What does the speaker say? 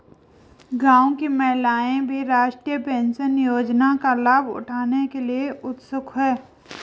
गांव की महिलाएं भी राष्ट्रीय पेंशन योजना का लाभ उठाने के लिए उत्सुक हैं